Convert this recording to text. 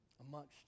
amongst